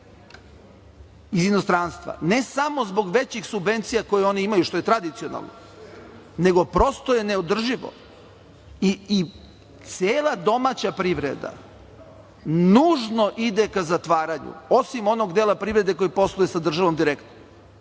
iz inostranstva, ne samo zbog većih subvencija koje oni imaju, što je tradicionalno, nego prosto je neodrživo. I cela domaća privreda nužno ide ka zatvaranju, osim onog dela privrede koji posluje sa državom direktno,